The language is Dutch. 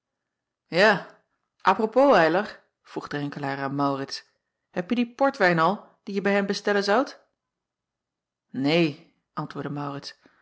a à propos ylar vroeg renkelaer aan aurits hebje dien portwijn al dien je bij hem bestellen zoudt een antwoordde